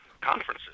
conferences